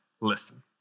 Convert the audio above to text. listen